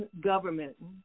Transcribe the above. government